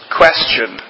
question